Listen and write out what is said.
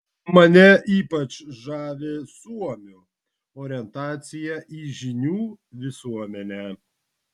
mane ypač žavi suomių orientacija į žinių visuomenę